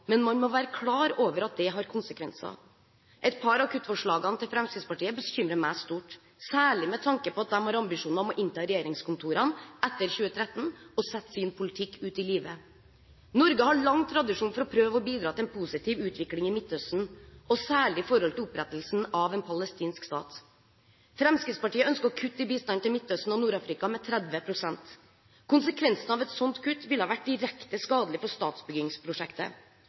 men man må være klar over at det har konsekvenser. Et par av kuttforslagene til Fremskrittspartiet bekymrer meg stort, særlig med tanke på at de har ambisjoner om å innta regjeringskontorene etter 2013 og sette sin politikk ut i livet. Norge har lang tradisjon for å prøve å bidra til en positiv utvikling i Midtøsten, særlig i forhold til opprettelsen av en palestinsk stat. Fremskrittspartiet ønsker å kutte i bistanden til Midtøsten og Nord-Afrika med 30 pst. Konsekvensene av et slikt kutt ville vært direkte skadelig for statsbyggingsprosjektet.